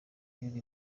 igihugu